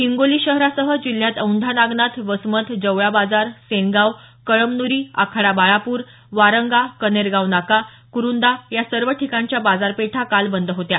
हिंगोली शहरासह जिल्ह्यात औंढा नागनाथ वसमत जवळा बाजार सेनगाव कळमनुरी आखाडा बाळापूर वारंगा कनेरगाव नाका कुरुंदा या सर्व ठिकाणच्या बाजारपेठा बंद काल बंद होत्या